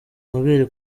amabere